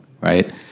right